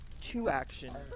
two-action